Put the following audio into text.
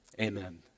amen